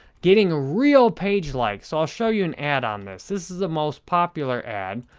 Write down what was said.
getting ah real page likes. i'll show you an ad on this. this is the most popular ad.